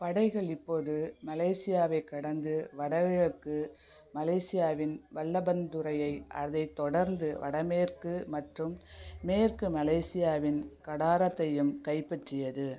படைகள் இப்போது மலேசியாவைக் கடந்து வடகிழக்கு மலேசியாவின் வல்லைபந்துரையை அதைத் தொடர்ந்து வடமேற்கு மற்றும் மேற்கு மலேசியாவின் கடாரத்தையும் கைப்பற்றியது